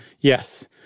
Yes